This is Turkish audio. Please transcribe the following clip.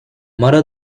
mara